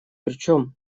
причем